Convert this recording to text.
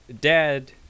dad